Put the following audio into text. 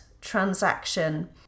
transaction